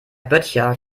böttcher